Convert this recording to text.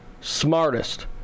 smartest